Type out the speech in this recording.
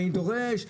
אני דורש,